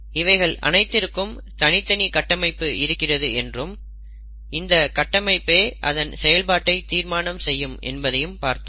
இவைகள் அனைத்திற்கும் தனி தனி கட்டமைப்பு இருக்கிறது என்றும் இந்த கட்டமைப்பே அதன் செயல்பாட்டை தீர்மானம் செய்யும் என்பதையும் பார்த்தோம்